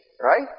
right